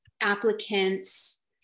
applicants